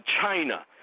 China